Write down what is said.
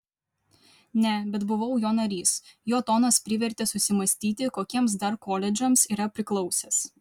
ne bet buvau jo narys jo tonas privertė susimąstyti kokiems dar koledžams yra priklausęs